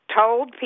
told